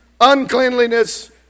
uncleanliness